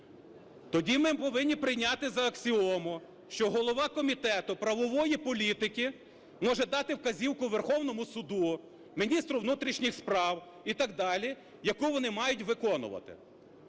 Тоді ми повинні прийняти за аксіому, що голова Комітету правової політики може дати вказівку Верховному Суду, міністру внутрішніх справ і так далі, яку вони мають виконувати;